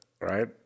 right